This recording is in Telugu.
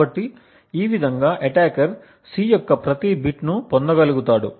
కాబట్టి ఈ విధంగా అటాకర్ C యొక్క ప్రతి బిట్ను పొందగలుగుతాడు